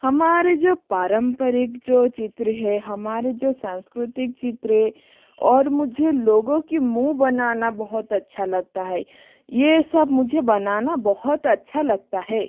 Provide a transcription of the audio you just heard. हमारे जो पारम्परिक जो चित्र हैं हमारे जो सांस्कृतिक चित्र हैं और मुझे लोगों के मुँह बनाना बहुत अच्छा लगता है ये सब मुझे बनाना बहुत अच्छा लगता है